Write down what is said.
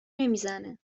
نمیزنه